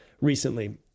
recently